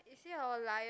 is it or lion